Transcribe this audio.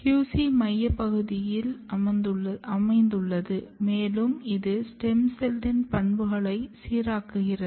QC மையப்பகுதியில் அமைந்துள்ளது மேலும் இது ஸ்டெம் செல்லின் பண்புகளை சீராக்குகிறது